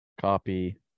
Copy